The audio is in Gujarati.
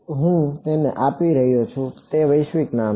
હું તેને આપી રહ્યો છું તે વૈશ્વિક નામ છે